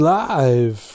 live